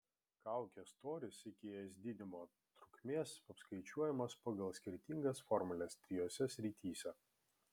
kaukės storis iki ėsdinimo trukmės apskaičiuojamas pagal skirtingas formules trijose srityse